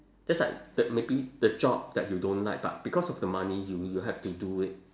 just like the maybe the job that you don't like but because of the money you you have to do it